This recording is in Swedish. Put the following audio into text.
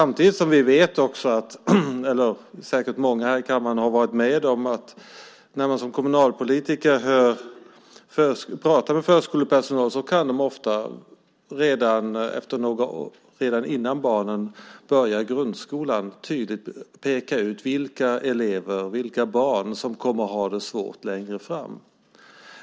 Många här i kammaren har säkert varit med om att som kommunalpolitiker tala med förskolepersonal om detta. Förskolepersonalen kan ofta redan innan barnen börjar i grundskolan tydligt peka ut vilka barn som kommer att ha det svårt längre fram.